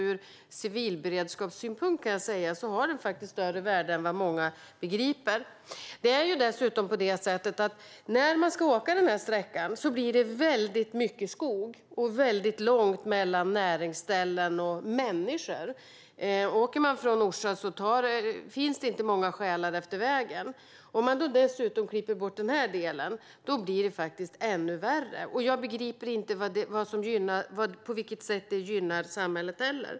Ur civilberedskapssynpunkt kan jag säga att den har större värde än vad många begriper. När man åker den här sträckan blir det dessutom mycket skog och långt mellan näringsställen och människor. Åker man från Orsa finns det inte många själar efter vägen. Om man då dessutom klipper bort den här delen blir det faktiskt ännu värre. Jag begriper inte på vilket sätt det skulle gynna samhället.